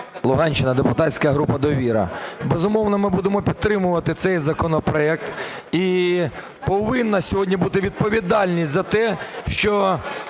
Луганщина, депутатська група "Довіра". Безумовно, ми будемо підтримувати цей законопроект, і повинна сьогодні бути відповідальність за те, що